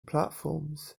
platforms